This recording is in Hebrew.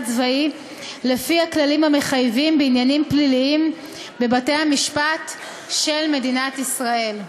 צבאי לפי הכללים המחייבים בעניינים פליליים בבתי-המשפט של מדינת ישראל".